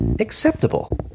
acceptable